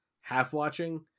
half-watching